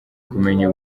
kumenya